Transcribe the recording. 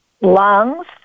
Lungs